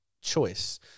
choice